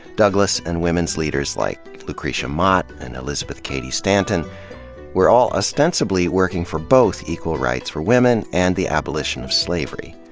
douglass and women's leaders like lucretia mott and elizabeth cady stanton were all ostensibly working for both equal rights for women and the abolition of slavery.